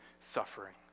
suffering